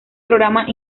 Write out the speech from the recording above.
programa